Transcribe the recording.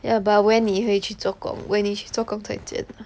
yah but when 你会去做工 when 你去做工再讲